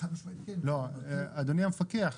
אדוני המפקח,